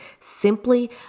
simply